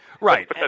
Right